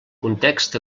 context